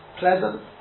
pleasant